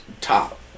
top